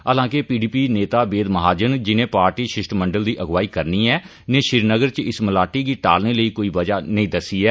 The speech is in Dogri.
हालांके पीडीपी नेता वेद महाजन जिनें पार्टी शिष्टमंडल दी अगुआई करनी ऐ नै श्रीनगर इच इस मलाटी गी टालने लेई कोई वजह नेई दस्सी ऐ